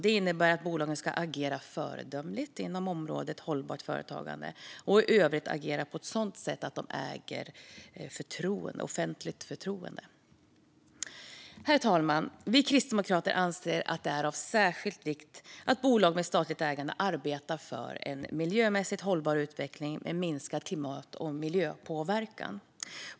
Det innebär att bolagen ska agera föredömligt inom området hållbart företagande och i övrigt agera på ett sådant sätt att de äger offentligt förtroende. Herr talman! Vi kristdemokrater anser att det är av särskild vikt att bolag med statligt ägande arbetar för en miljömässigt hållbar utveckling med minskad klimat och miljöpåverkan.